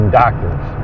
doctors